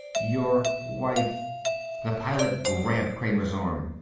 your wife the pilot grabbed kramer's arm.